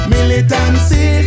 Militancy